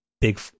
big